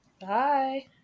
Bye